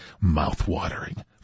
Mouth-watering